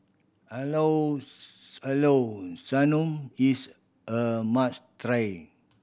llao llao sanum is a must try